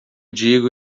digo